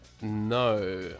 No